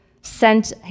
sent